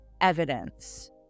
evidence